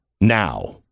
now